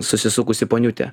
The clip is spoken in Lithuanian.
susisukusi poniutė